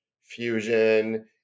fusion